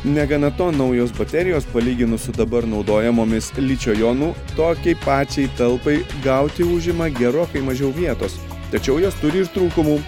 negana to naujos baterijos palyginus su dabar naudojamomis ličio jonų tokiai pačiai talpai gauti užima gerokai mažiau vietos tačiau jos turi trūkumų